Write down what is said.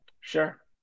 Sure